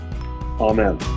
amen